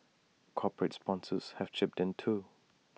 corporate sponsors have chipped in too